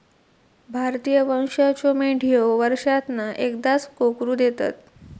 भारतीय वंशाच्यो मेंढयो वर्षांतना एकदाच कोकरू देतत